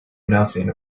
nothing